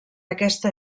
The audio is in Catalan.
aquesta